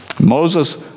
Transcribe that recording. Moses